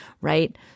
right